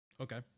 Okay